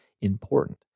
important